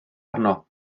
arno